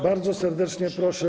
Bardzo serdecznie proszę.